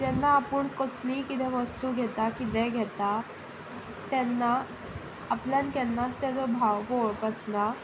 जेन्ना आपूण कसलीय किदें वस्तू घेता किदेंय घेता तेन्ना आपल्यान केन्नाच ताचो भाव पळोवप आसना